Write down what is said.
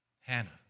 Hannah